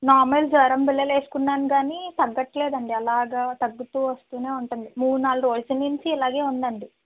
normal జ్వరం బిళ్ళలు వేసుకున్నాను కానీ తగ్గట్లేదండి అలాగా తాగుతూ వస్తూనే ఉంటుంది మూడు నాలుగు రోజుల నుంచి ఇలానే ఉందండి